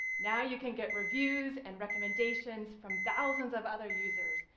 now you can get reviews and recommendations from thousands of other users,